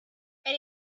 and